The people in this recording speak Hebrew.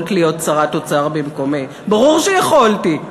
יכולת להיות שרת אוצר במקומי, ברור שיכולתי.